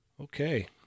okay